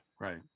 Right